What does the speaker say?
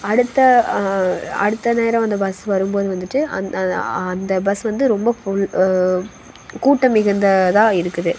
அடுத்த அடுத்த நேரம் அந்த பஸ் வரும் போது வந்துட்டு அந் அந்த பஸ் வந்து ரொம்ப ஃபுல் கூட்டம் மிகுந்ததாக இருக்குது